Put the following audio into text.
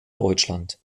deutschland